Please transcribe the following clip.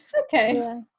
Okay